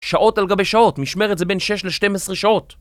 שעות על גבי שעות, משמרת זה בין 6 ל-12 שעות